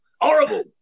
Horrible